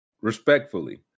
respectfully